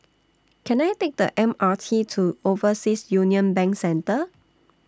Can I Take The M R T to Overseas Union Bank Centre